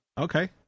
Okay